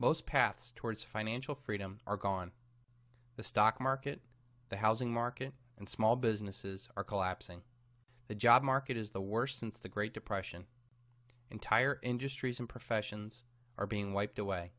most paths towards financial freedom are gone the stock market the housing market and small businesses are collapsing the job market is the worst since the great depression entire industries and professions are being wiped away